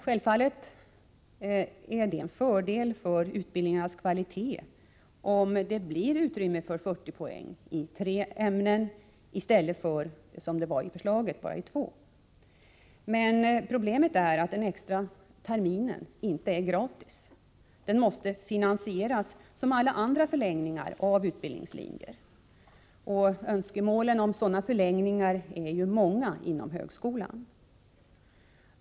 Självfallet är det en fördel för utbildningens kvalitet om det blir utrymme för 40 poäng i tre ämnen i stället för i två. Men problemet är att den extra terminen inte är gratis. Den måste finansieras, som alla andra förlängningar av utbildningslinjer. Önskemålen om sådana förlängningar är många inom högskolan.